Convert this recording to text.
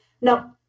No